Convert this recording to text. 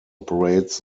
operates